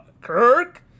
Kirk